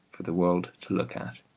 for the world to look at.